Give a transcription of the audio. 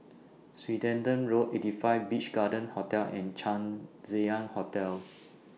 Swettenham Road eighty five Beach Garden Hotel and Chang Ziang Hotel